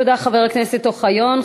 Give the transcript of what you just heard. תודה, חבר הכנסת אוחיון.